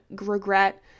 regret